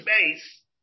space